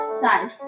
side